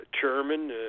chairman